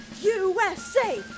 USA